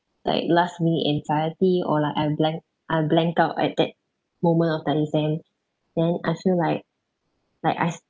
like last minute anxiety or like I blank I blanked out at that moment of that exam then I feel like like I